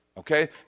okay